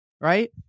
right